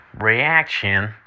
reaction